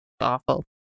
Awful